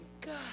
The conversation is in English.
God